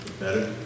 better